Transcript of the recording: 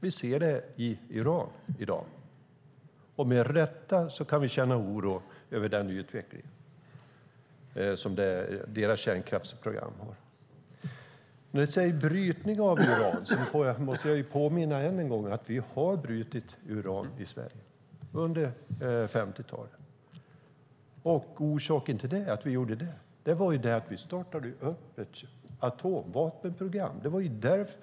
Vi ser det i Iran i dag och kan med rätta känna oro över den utveckling som deras kärnkraftsprogram innebär. När det talas om brytning av uran måste jag än en gång påminna om att vi har brutit uran i Sverige. Det gjorde vi på 50-talet. Orsaken till det var att vi startade upp ett atomvapenprogram.